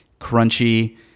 crunchy